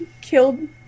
killed